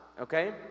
okay